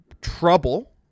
trouble